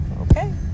Okay